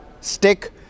stick